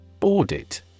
Audit